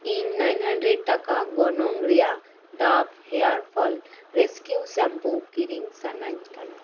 ᱤᱧ ᱱᱟᱭᱤᱱ ᱦᱟᱱᱰᱨᱮᱴ ᱴᱟᱠᱟ ᱜᱚᱱᱚᱝ ᱨᱮᱭᱟᱜ Dove hair fall rescue shampoo ᱠᱤᱨᱤᱧ ᱥᱟᱱᱟᱧ ᱠᱟᱱᱟ